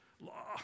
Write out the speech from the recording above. law